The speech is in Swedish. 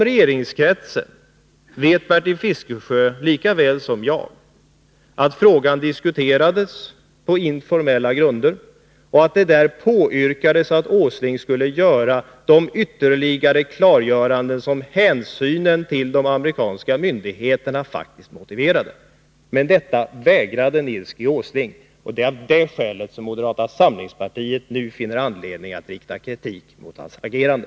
Bertil Fiskesjö vet lika väl som jag att frågan i informella former diskuterades inom regeringskretsen och att det där påyrkades att Nils Åsling skulle göra de ytterligare klarlägganden som hänsynen till de amerikanska myndigheterna faktiskt motiverade. Detta gjorde inte Nils Åsling, och det är av det skälet som moderata samlingspartiet nu finner anledning att rikta kritik mot hans agerande.